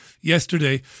yesterday